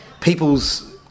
people's